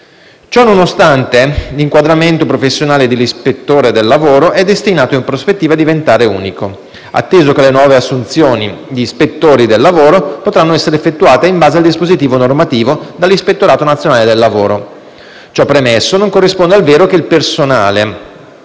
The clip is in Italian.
Ciononostante, l'inquadramento professionale dell'ispettore del lavoro è destinato in prospettiva a diventare unico, atteso che le nuove assunzioni di ispettori del lavoro potranno essere effettuate, in base al dispositivo normativo, dall'Ispettorato nazionale del lavoro. Ciò premesso, non corrisponde al vero il fatto che il personale